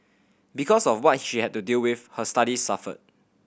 because of what she had to deal with her studies suffered